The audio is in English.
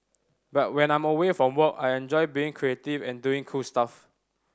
but when I'm away from work I enjoy being creative and doing cool stuff